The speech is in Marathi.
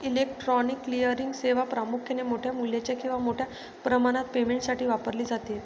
इलेक्ट्रॉनिक क्लिअरिंग सेवा प्रामुख्याने मोठ्या मूल्याच्या किंवा मोठ्या प्रमाणात पेमेंटसाठी वापरली जाते